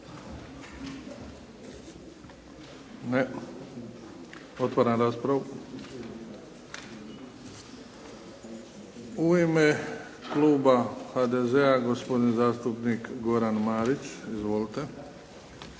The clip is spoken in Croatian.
Ne. Otvaram raspravu. U ime kluba HDZ-a, gospodin zastupnik Goran Marić. Izvolite.